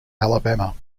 alabama